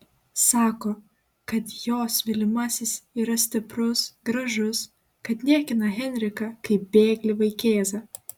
sako kad jos mylimasis yra stiprus gražus kad niekina henriką kaip bėglį vaikėzą